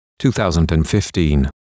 2015